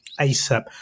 ASAP